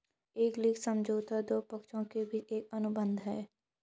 एक लीज समझौता दो पक्षों के बीच एक अनुबंध है